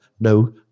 no